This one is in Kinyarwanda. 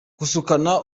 kusukana